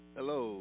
Hello